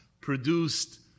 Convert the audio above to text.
produced